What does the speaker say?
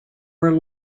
were